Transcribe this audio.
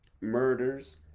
murders